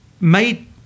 made